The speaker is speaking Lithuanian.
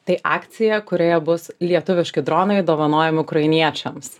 tai akcija kurioje bus lietuviški dronai dovanojami ukrainiečiams